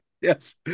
Yes